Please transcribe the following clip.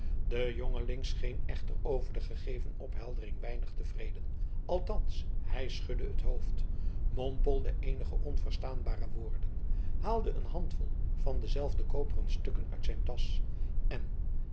de jongeling scheen echter over de gegeven opheldering weinig tevreden althans hij schudde het hoofd mompelde eenige onverstaanbare woorden haalde een handvol van dezelfde koperen stukken uit zijn tasch en